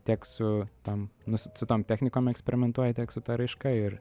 tiek su tom nu su tom technikom eksperimentuoji tiek su ta raiška ir